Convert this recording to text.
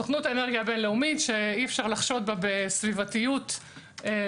סוכנות האנרגיה הבין לאומית שאי אפשר לחשוד בה בסביבתיות מוגזמת,